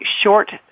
short